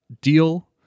deal